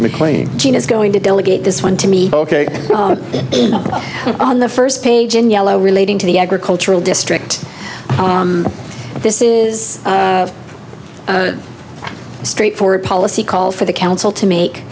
mclean gene is going to delegate this one to me on the first page in yellow relating to the agricultural district this is a straightforward policy call for the council to make